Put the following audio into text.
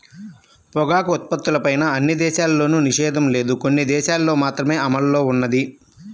పొగాకు ఉత్పత్తులపైన అన్ని దేశాల్లోనూ నిషేధం లేదు, కొన్ని దేశాలల్లో మాత్రమే అమల్లో ఉన్నది